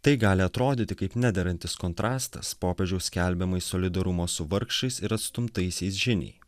tai gali atrodyti kaip nederantis kontrastas popiežiaus skelbiamai solidarumo su vargšais ir atstumtaisiais žiniai